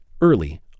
early